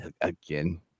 Again